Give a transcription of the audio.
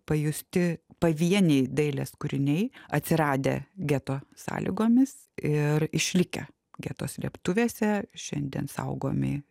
pajusti pavieniai dailės kūriniai atsiradę geto sąlygomis ir išlikę geto slėptuvėse šiandien saugomi